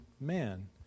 man